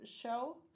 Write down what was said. show